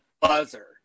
buzzer